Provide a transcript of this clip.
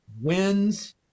wins